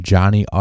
Johnny